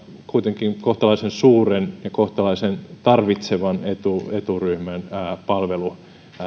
kuitenkin kohtalaisen suuren ja kohtalaisen tarvitsevan eturyhmän palvelusta